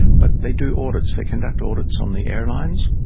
but they do audits. they conduct audits on the airlines,